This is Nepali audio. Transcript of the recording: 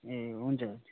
ए हुन्छ हुन्छ